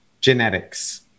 genetics